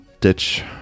Ditch